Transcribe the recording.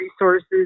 resources